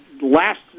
last